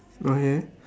okay